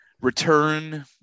return